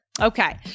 Okay